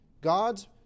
God's